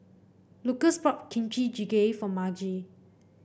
Lukas bought Kimchi Jjigae for Margie